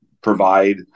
provide